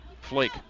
Flake